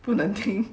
不能停